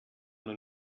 man